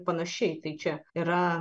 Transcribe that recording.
panašiai tai čia yra